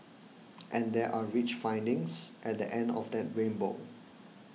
and there are rich findings at the end of that rainbow